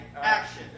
action